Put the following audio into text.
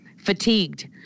fatigued